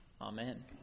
Amen